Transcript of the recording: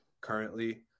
currently